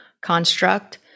construct